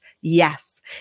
Yes